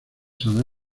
san